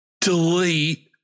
Delete